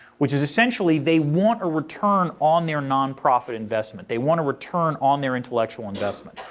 which is essentially they want a return on their nonprofit investment. they want a return on their intellectual investment.